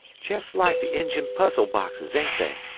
jest like the injian puzzle-boxes, ain't they?